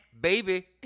baby